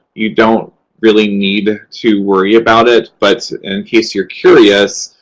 you don't really need to worry about it. but in case you're curious,